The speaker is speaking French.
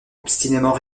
obstinément